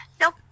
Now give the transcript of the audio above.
nope